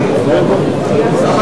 לשנת